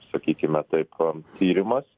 sakykim taip tyrimas